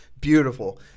beautiful